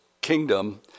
kingdom